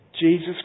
Jesus